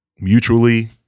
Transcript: mutually